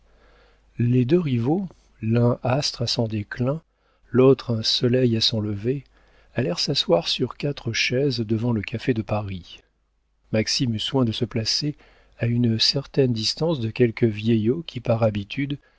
les deux rivaux l'un astre à son déclin l'autre un soleil à son lever allèrent s'asseoir sur quatre chaises devant le café de paris maxime eut soin de se placer à une certaine distance de quelques vieillots qui par habitude